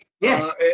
yes